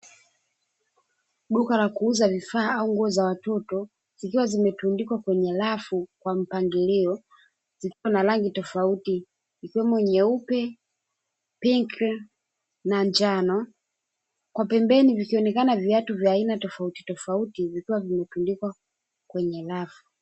Duka la kuuza vifaa au nguo za watoto, zikiwa zimetundikwa kwenye rafu kwa mpangilio, zikiwa na rangi tofauti, ikiwemo; nyeupe, pinki na njano, kwa pembeni vikionekana viatu vya aina tofautitofauti vikiwa vimetundikwa kwenye rafu.